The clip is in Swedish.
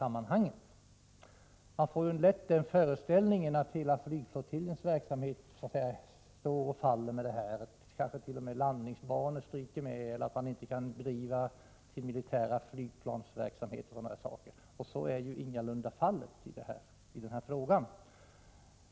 Man får lätt den föreställningen att flygflottiljens hela verksamhet står och faller med tillgången till den här marken. Det verkar som om landningsbanor skulle stryka med, att flygflottiljen inte skulle kunna bedriva sin militära flygverksamhet och liknande. Så är ju ingalunda fallet.